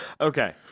Okay